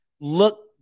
look